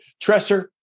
Tresser